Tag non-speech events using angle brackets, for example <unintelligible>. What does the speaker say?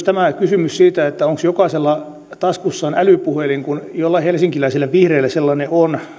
<unintelligible> tämä kysymys siitä onko jokaisella taskussaan älypuhelin kun jollain helsinkiläisillä vihreillä sellainen on